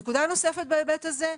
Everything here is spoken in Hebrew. נקודה נוספת בהיבט הזה,